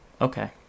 okay